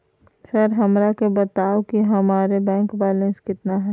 Sir हमरा के बताओ कि हमारे बैंक बैलेंस कितना है?